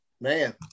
man